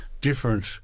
different